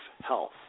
health